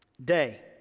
Day